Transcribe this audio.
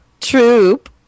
Troop